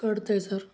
कळतं आहे सर